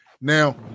Now